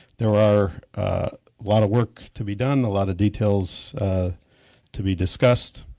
there are a lot of work to be done, a lot of details to be discussed,